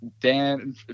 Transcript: dan